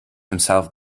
himself